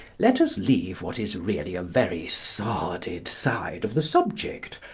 let us leave what is really a very sordid side of the subject,